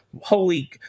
holy